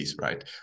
right